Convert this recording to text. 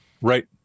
Right